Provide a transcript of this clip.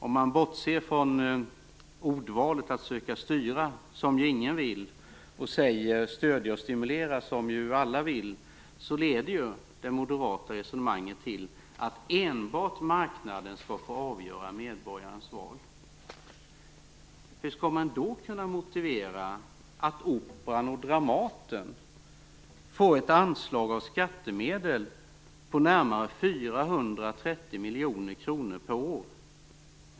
Om man bortser från ordvalet att "söka styra", som ju ingen vill och säger "stödja och stimulera", som ju alla vill, leder det moderata resonemanget till att enbart marknaden skall få avgöra medborgarnas val. Hur skall man då kunna motivera att Operan och 430 miljoner kronor per år?